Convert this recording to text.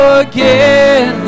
again